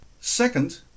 Second